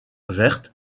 verte